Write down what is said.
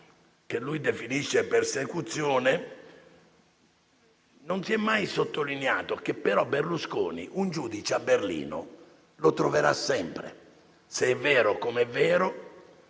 che lui definisce come persecuzione, non si è mai sottolineato il fatto che Berlusconi un giudice a Berlino lo troverà sempre, se è vero, come è vero,